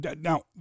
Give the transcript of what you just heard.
now